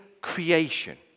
creation